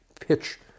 pitch